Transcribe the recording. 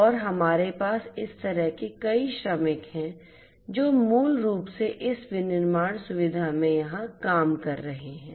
और हमारे पास इस तरह के कई श्रमिक हैं जो मूल रूप से इस विनिर्माण सुविधा में यहां काम कर रहे हैं